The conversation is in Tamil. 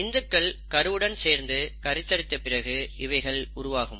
விந்துக்கள் கருவுடன் சேர்ந்து கருத்தரித்த பிறகு இவைகள் உருவாகும்